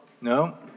No